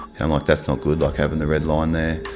and i'm like, that's not good like, having the red line there.